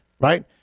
right